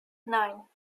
nein